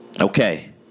Okay